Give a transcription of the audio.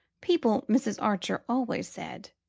people, mrs. archer always said,